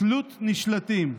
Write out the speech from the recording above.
תלות נשלטים,